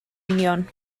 union